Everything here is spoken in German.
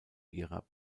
ihrer